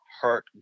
heart